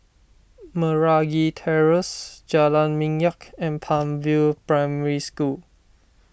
Meragi Terrace Jalan Minyak and Palm View Primary School